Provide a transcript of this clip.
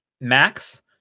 max